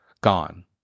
gone